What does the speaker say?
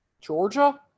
Georgia